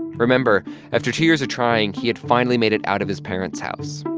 remember after two years of trying, he had finally made it out of his parents' house,